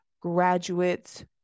graduates